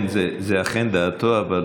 כן, זו אכן דעתו.